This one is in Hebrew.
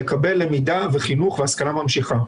לקבל למידה וחינוך והשכלה ממשיכה.